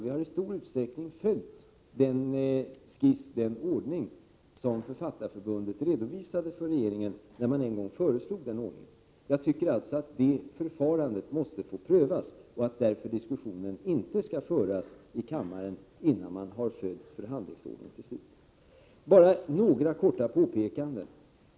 Vi har i stor utsträckning följt den ordning som Författarförbundet redovisade för regeringen när den ordningen en gång föreslogs. Jag tycker alltså att detta måste få prövas. Därför skall den diskussionen inte föras här i kammaren innan förhandlingsordningen följts till slut. Så bara helt kort några påpekanden.